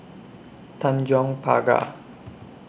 Tanjong Pagar